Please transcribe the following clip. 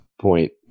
point